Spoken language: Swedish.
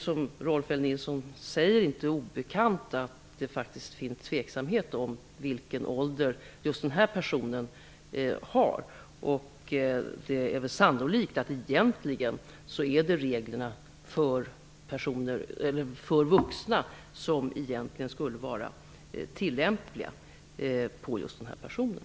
Som Rolf L Nilson säger råder det tveksamhet om vilken ålder just den här personen har. Sannolikt skulle reglerna för vuxna egentligen vara tillämpliga på just den här personen.